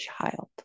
child